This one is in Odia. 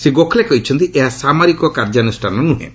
ଶ୍ରୀ ଗୋଖ୍ଲେ କହିଛନ୍ତି ଏହା ସାମରିକ କାର୍ଯ୍ୟାନୁଷ୍ଠାନ ନୁହେଁ